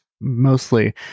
mostly